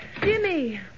Jimmy